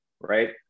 right